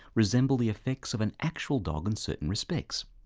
resemble the effects of an actual dog in certain respects.